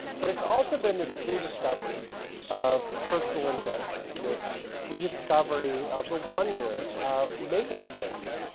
but it's also been this rediscovery of personal invention, this rediscovery of the wonder of making things,